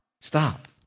stop